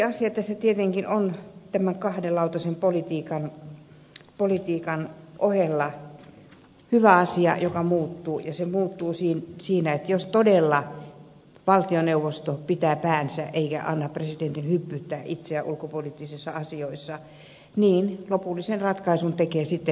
on tässä tietenkin yksi hyvä asia tämän kahden lautasen politiikan ohella joka muuttuu ja se muuttuu siinä että jos valtioneuvosto todella pitää päänsä eikä anna presidentin hyppyyttää itseään ulkopoliittisissa asioissa niin lopullisen ratkaisun tekee sitten eduskunta